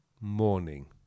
morning